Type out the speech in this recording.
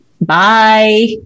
Bye